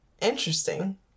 Interesting